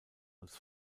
als